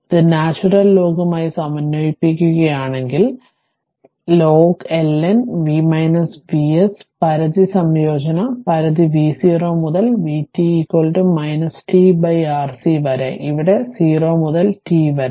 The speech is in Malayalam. ഇത് നാച്ചുറൽ ലോഗുമായി സമന്വയിപ്പിക്കുകയാണെങ്കിൽ ln v Vs പരിധി സംയോജന പരിധി v0 മുതൽ vt t Rc വരെ ഇവിടെ 0 മുതൽ t വരെ